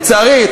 לצערי.